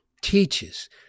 teaches